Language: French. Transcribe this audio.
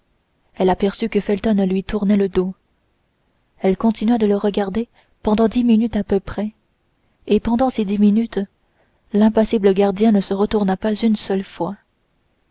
elle aperçut felton qui lui tournait le dos elle continua de le regarder pendant dix minutes à peu près et pendant ces dix minutes l'impassible gardien ne se retourna pas une seule fois